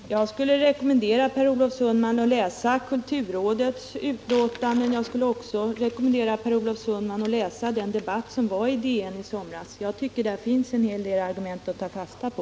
Herr talman! Jag skulle vilja rekommendera Per Olof Sundman att läsa kulturrådets utlåtande. Och jag skulle också vilja rekommendera honom att läsa den debatt som fördes i DN i somras. Jag tycker att det där finns en hel del argument att ta fasta på.